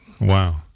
Wow